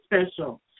special